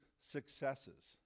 successes